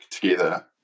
together